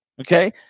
Okay